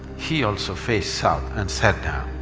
he also faced south and sat down.